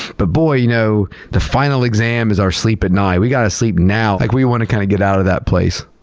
but boy, you know, the final exam is our sleep at night. we got to sleep now. like we want to kind of get out of that place.